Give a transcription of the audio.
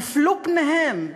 נפלו פניהם.